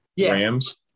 Rams